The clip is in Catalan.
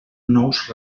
nous